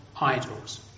idols